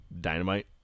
Dynamite